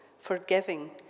forgiving